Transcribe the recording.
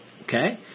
Okay